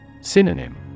Synonym